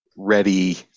ready